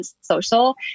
social